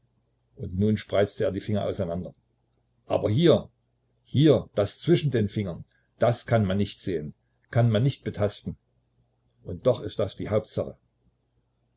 und nun spreizte er die finger auseinander aber hier hier das zwischen den fingern das kann man nicht sehen kann man nicht betasten und doch ist das die hauptsache